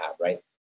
right